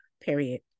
Period